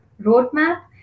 roadmap